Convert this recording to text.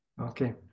Okay